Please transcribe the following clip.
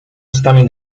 ustami